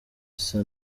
isa